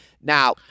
Now